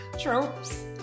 Tropes